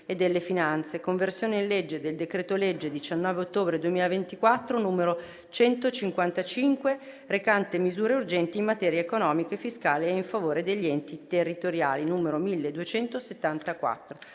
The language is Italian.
e delle finanze: «Conversione in legge del decreto-legge 19 ottobre 2024, n. 155, recante misure urgenti in materia economica e fiscale e in favore degli enti territoriali» (1274).